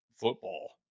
football